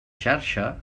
xarxa